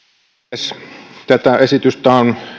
herra puhemies tätä esitystä on